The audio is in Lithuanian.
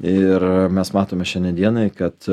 ir mes matome šiandien dienai kad